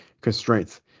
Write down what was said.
constraints